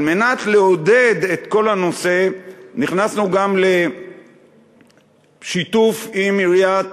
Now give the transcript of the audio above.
על מנת לעודד את כל הנושא נכנסנו גם בשיתוף עם עיריית